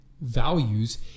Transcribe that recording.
values